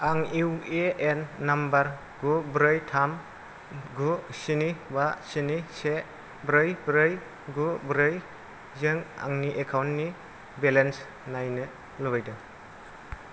आं एउएएन नम्बर गु ब्रै थाम गु स्नि बा स्नि से ब्रै ब्रै गु ब्रै जों आंनि एकाउन्टनि बेलेन्स नायनो लुबैदों